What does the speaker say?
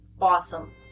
awesome